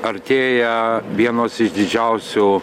artėja vienos iš didžiausių